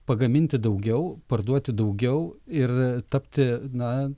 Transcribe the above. pagaminti daugiau parduoti daugiau ir tapti na